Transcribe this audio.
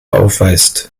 aufweist